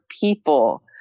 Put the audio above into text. people